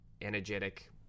energetic